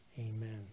Amen